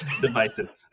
divisive